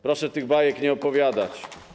Proszę tych bajek nie opowiadać.